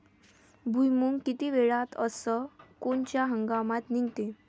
भुईमुंग किती वेळात अस कोनच्या हंगामात निगते?